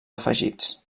afegits